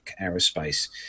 Aerospace